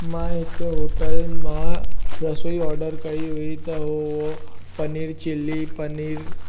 मां हिकु होटल मां रसोई ऑडर कई हुई त उहो पनीर चिली पनीर